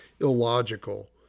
illogical